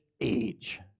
age